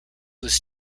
was